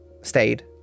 stayed